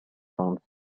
front